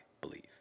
believe